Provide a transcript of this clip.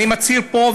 אני מצהיר פה,